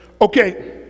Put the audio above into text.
okay